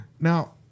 Now